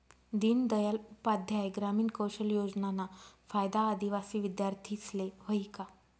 दीनदयाल उपाध्याय ग्रामीण कौशल योजनाना फायदा आदिवासी विद्यार्थीस्ले व्हयी का?